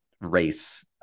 race